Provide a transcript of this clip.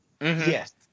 Yes